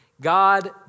God